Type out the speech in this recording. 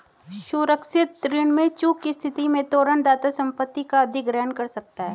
सुरक्षित ऋण में चूक की स्थिति में तोरण दाता संपत्ति का अधिग्रहण कर सकता है